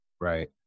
Right